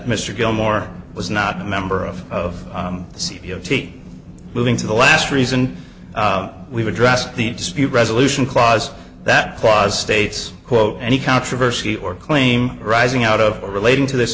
mr gilmore was not a member of of the c b o t moving to the last reason we've addressed the dispute resolution clause that clause states quote any controversy or claim arising out of relating to this